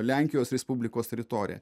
lenkijos respublikos teritoriją